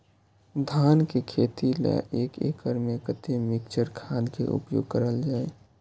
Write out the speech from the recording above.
धान के खेती लय एक एकड़ में कते मिक्चर खाद के उपयोग करल जाय?